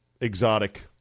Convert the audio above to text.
exotic